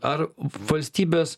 ar valstybės